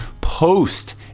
Post